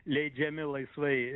leidžiami laisvai